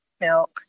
milk